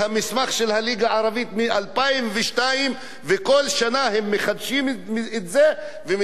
מ-2002 וכל שנה הן מחדשות אותו ומדינת ישראל מתעלמת?